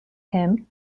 him